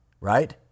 right